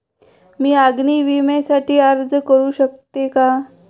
मी अग्नी विम्यासाठी अर्ज करू शकते का?